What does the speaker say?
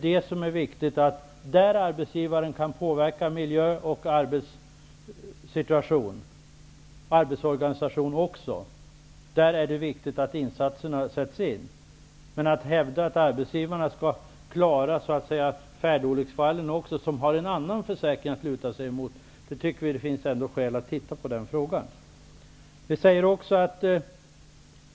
Där arbetsgivaren kan påverka miljö, arbetssituation och arbetsorganisation, där är det viktigt att insatserna görs. Men vi tycker inte man kan hävda att arbetsgivarna också skall klara färdolycksfallen, som har en annan försäkring att luta sig emot. Vi tycker att man bör undersöka den frågan närmare.